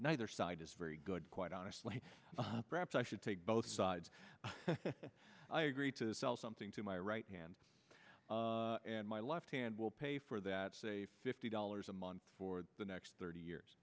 neither side very good quite honestly perhaps i should take both sides agree to sell something to my right hand and my left hand will pay for that say fifty dollars a month for the next thirty years